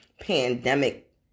pandemic